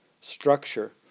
structure